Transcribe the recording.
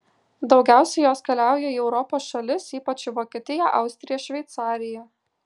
daugiausiai jos keliauja į europos šalis ypač į vokietiją austriją šveicariją